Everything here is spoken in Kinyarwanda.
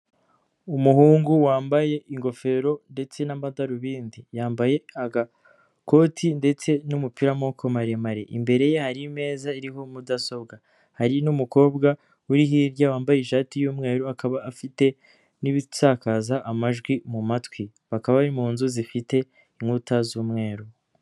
Umuhungu wambaye ingofero ndetse n'amadarubindi yambaye agakoti ndetse n'umupira w'amaboko maremare, imbere ye hari imeza iriho mudasobwa hari n'umukobwa uri hirya wambaye ishati y'umweru akaba afite n'ibisakaza amajwi mu matwi bakaba bari mu nzu zifite inkuta z'umweru.